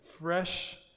fresh